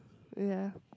ya